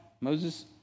Moses